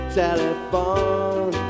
telephone